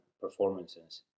performances